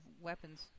weapons